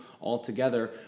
altogether